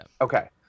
Okay